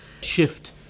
shift